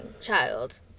child